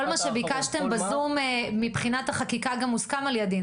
כל מה שביקשתם בזום מבחינת החקיקה גם הוסכם על ידי,